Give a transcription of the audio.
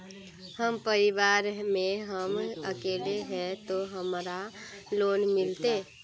हम परिवार में हम अकेले है ते हमरा लोन मिलते?